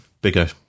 bigger